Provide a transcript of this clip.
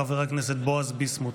חבר הכנסת בועז ביסמוט.